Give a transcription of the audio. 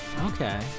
okay